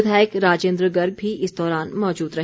विधायक राजेन्द्र गर्ग भी इस दौरान मौजूद रहे